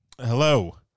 Hello